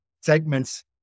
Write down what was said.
segments